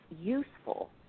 useful